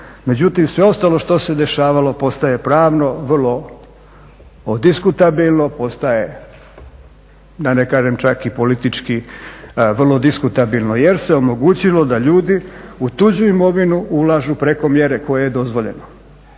Međutim, sve ostalo što se dešavalo postaje pravno vrlo diskutabilno, postaje da ne kažem čak i politički vrlo diskutabilno jer se omogućilo da ljudi u tuđu imovinu ulažu preko mjere koje je dozvoljeno